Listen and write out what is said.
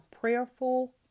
Prayerful